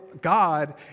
God